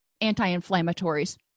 anti-inflammatories